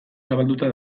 zabalduta